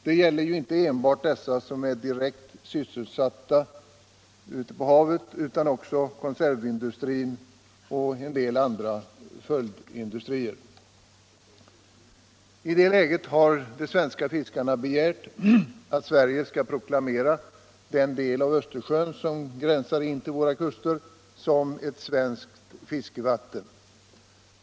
Det gäller ju inte enbart dessa som är direkt sysselsatta ute på haven utan också konservindustrin och en del andra följdindustrier. I det läget har de svenska fiskarna begärt att Sverige skall proklamera den del av Östersjön som griänsar intill våra kuster som svenskt fiskevatten.